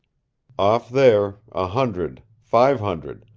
off there, a hundred, five hundred,